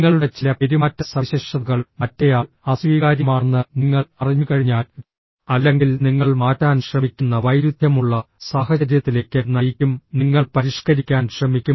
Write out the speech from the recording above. നിങ്ങളുടെ ചില പെരുമാറ്റ സവിശേഷതകൾ മറ്റേയാൾ അസ്വീകാര്യമാണെന്ന് നിങ്ങൾ അറിഞ്ഞുകഴിഞ്ഞാൽ അല്ലെങ്കിൽ നിങ്ങൾ മാറ്റാൻ ശ്രമിക്കുന്ന വൈരുദ്ധ്യമുള്ള സാഹചര്യത്തിലേക്ക് നയിക്കും നിങ്ങൾ പരിഷ്ക്കരിക്കാൻ ശ്രമിക്കും